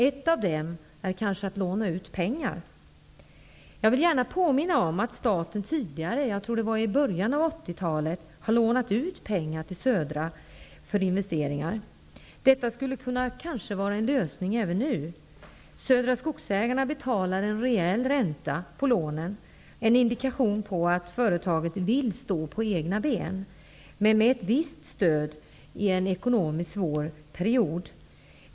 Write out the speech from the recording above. Ett av de sätten är att låna ut pengar. Jag vill gärna påminna om att staten tidigare -- jag tror det var i början av 80-talet -- har lånat ut pengar till Södra för investeringar. Detta skulle kanske kunna vara en lösning även nu. Södra Skogsägarna betalar en rejäl ränta på lånen, en indikation på att företaget vill stå på egna ben, men med ett visst stöd i en ekonomiskt svår period.